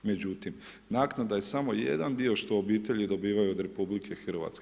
Međutim, naknada je samo jedan dio što obitelji dobivaju od RH.